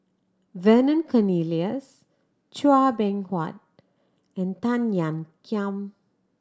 Vernon Cornelius Chua Beng Huat and Tan Ean Kiam